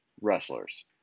wrestlers